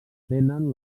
tenen